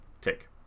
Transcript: take